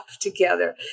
together